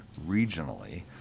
regionally